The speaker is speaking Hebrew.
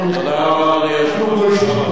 אנחנו נכנסים,